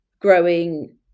growing